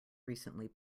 recently